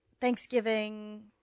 Thanksgiving